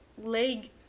leg